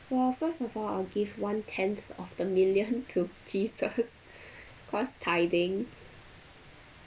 well first of all I'll give one tenth of the million to jesus cause tithing